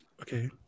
Okay